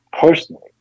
personally